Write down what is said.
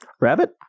Rabbit